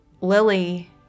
Lily